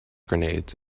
grenades